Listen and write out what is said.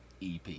EP